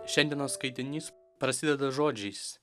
šiandienos skaitinys prasideda žodžiais